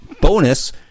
bonus